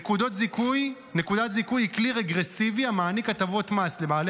נקודת זיכוי היא כלי רגרסיבי המעניק הטבות מס לבעלי